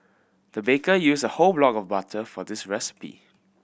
the baker used a whole block of butter for this recipe